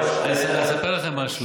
אספר לכם משהו.